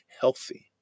healthy